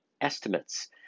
estimates